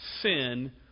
Sin